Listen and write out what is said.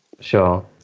sure